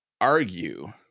argue